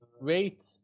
wait